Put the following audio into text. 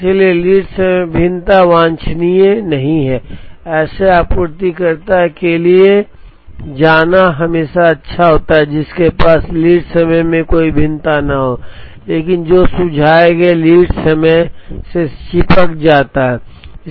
इसलिए लीड समय में भिन्नता वांछनीय नहीं है ऐसे आपूर्तिकर्ता के लिए जाना हमेशा अच्छा होता है जिसके पास लीड समय में कोई भिन्नता न हो लेकिन जो सुझाए गए लीड समय से चिपक सकता है